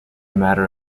matter